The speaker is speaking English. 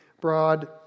broad